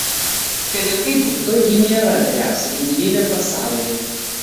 kad ir kaip būtų ji nėra vyriausia gimdyvė pasaulyje